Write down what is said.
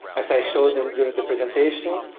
as i showed and during the presentation,